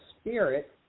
spirit